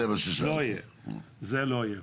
זה לא יהיה.